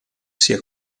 sia